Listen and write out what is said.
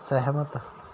ਸਹਿਮਤ